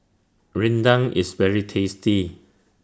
Rendang IS very tasty